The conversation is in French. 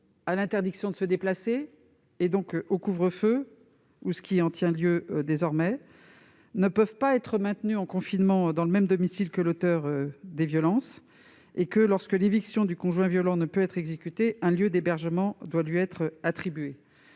à l'interdiction de se déplacer, et donc au couvre-feu ou à ce qui en tient lieu désormais, et ne peuvent pas être maintenues en confinement dans le même domicile que l'auteur des violences. Si l'éviction du conjoint violent ne peut être exécutée, un lieu d'hébergement doit leur être attribué.